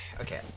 Okay